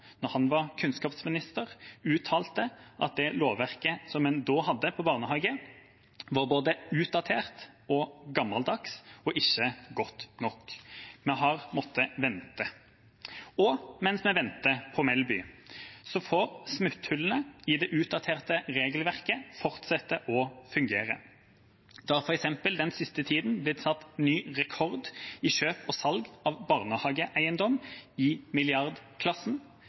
han var kunnskapsminister, uttalte at det lovverket som en da hadde om barnehager, var både utdatert og gammeldags og ikke godt nok. Vi har måttet vente. Mens vi venter på Melby får smutthullene i det utdaterte regelverket fortsette å fungere. Det har f.eks. den siste tida blitt satt ny rekord i kjøp og salg av barnehageeiendom i milliardklassen.